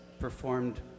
performed